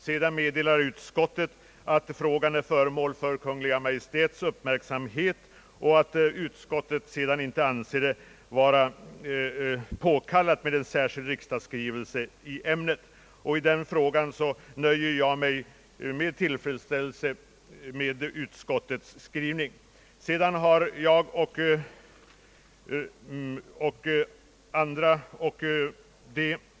Sedan meddelar utskottet, att frågan är föremål för Kungl. Maj:ts uppmärksamhet, och utskottet anser det med hänsyn härtill inte vara påkallat med särskild riksdagsskrivelse i ämnet. I den frågan nöjer jag mig alltså med att uttala min tillfredsställelse med utskottets skrivning och en förhoppning om att Kungl. Maj:ts uppmärksammande av frågan nu skall leda till att guldskatten snart avskaffas.